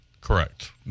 Correct